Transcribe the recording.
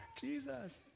Jesus